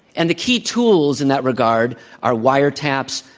and the key tools in that regard are wiretaps,